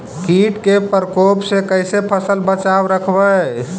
कीट के परकोप से कैसे फसल बचाब रखबय?